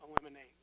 eliminate